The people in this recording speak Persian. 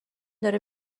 داره